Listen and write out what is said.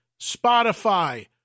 Spotify